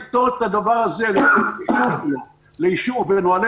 אולי אפשר לפתור את הדבר הזה לאישור בנהלי